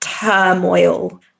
turmoil